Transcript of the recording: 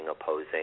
opposing